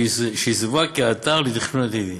שיסווג כאתר לתכנון עתידי,